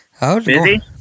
busy